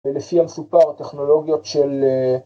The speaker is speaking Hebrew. ‫ולפי המסופר הטכנולוגיות של...